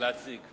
ולהציג.